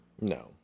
No